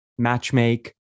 matchmake